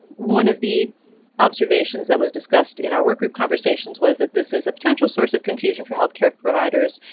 one of the observations that was discussed in our workgroup conversations was that this is a potential source of confusion for healthcare providers.